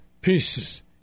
pieces